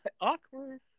Awkward